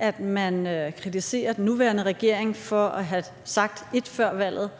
at man kritiserer den nuværende regering for at have sagt ét før valget